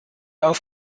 auf